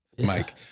Mike